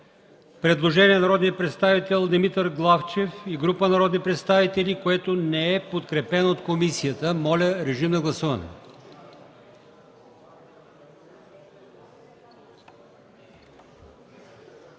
Предложение от народния представител Димитър Главчев и група народни представители, което не е подкрепено от комисията. Моля, гласувайте.